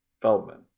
Feldman